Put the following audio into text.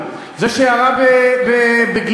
זה שירה בגליק,